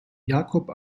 jakob